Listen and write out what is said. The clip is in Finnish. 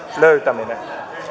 löytäminen